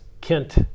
Kent